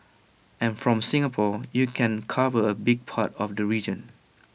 and from Singapore you can cover A big part of the region